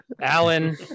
Alan